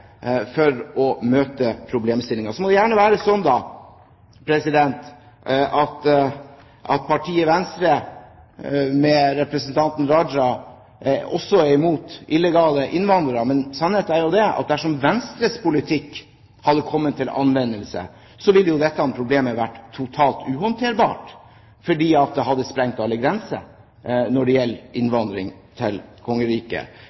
for å møte problemstillingen. Så må det gjerne være sånn at partiet Venstre med representanten Raja også er imot illegale innvandrere, men sannheten er jo den at dersom Venstres politikk hadde kommet til anvendelse, ville dette problemet vært totalt uhåndterbart fordi det hadde sprengt alle grenser når det gjelder innvandring til kongeriket.